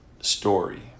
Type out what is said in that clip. story